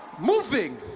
moving!